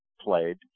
played